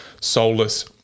soulless